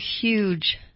huge